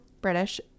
British